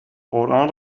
قرآن